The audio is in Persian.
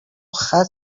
ختم